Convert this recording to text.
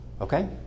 okay